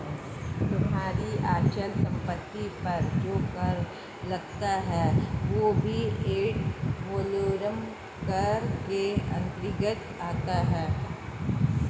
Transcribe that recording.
तुम्हारी अचल संपत्ति पर जो कर लगता है वह भी एड वलोरम कर के अंतर्गत आता है